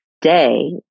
day